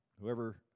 Whoever